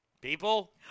People